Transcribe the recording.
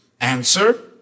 Answer